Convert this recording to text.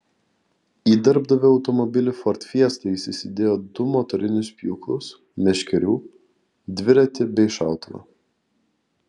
į darbdavio automobilį ford fiesta jis įsidėjo du motorinius pjūklus meškerių dviratį bei šautuvą